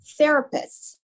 therapists